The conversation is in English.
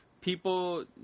people